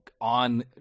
on